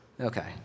Okay